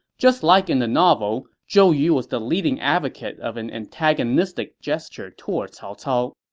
just like in the novel, zhou yu was the leading advocate of an antagonistic gesture toward cao cao.